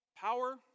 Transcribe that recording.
Power